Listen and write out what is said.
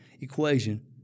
equation